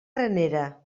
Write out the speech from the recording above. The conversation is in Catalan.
granera